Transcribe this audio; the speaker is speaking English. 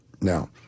Now